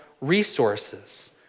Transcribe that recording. resources